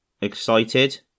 excited